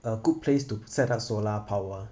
a good place to set up solar power